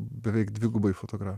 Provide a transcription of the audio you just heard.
beveik dvigubai fotogra